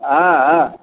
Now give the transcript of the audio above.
आ आ